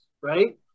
Right